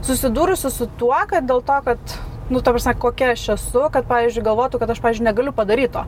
susidūrusi su tuo kad dėl to kad nu ta prasme kokia aš esu kad pavyzdžiui galvotų kad aš pavyzdžiui negaliu padaryt to